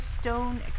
stone